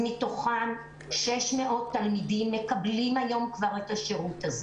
מתוכם 600 תלמידים מקבלים היום כבר את השירות הזה,